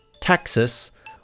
Texas